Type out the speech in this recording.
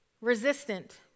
resistant